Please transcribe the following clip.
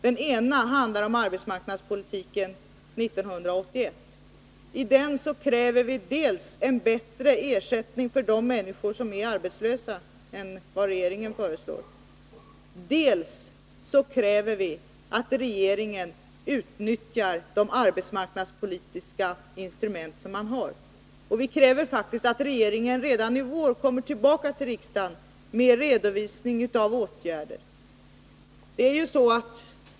Den ena motionen handlar om arbetsmarknadspolitiken 1981. I den kräver vi dels en bättre ersättning för de människor som är arbetslösa än vad regeringen föreslår, dels ett bättre utnyttjande av regeringen av de arbetsmarknadspolitiska instrument som finns. Vi kräver faktiskt att regeringen redan i vår kommer tillbaka till riksdagen och redovisar åtgärder.